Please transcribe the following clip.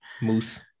Moose